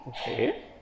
Okay